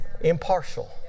impartial